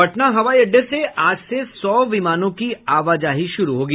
पटना हवाई अड्डे से आज से सौ विमानों की आवाजाही शुरू होगी